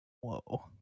whoa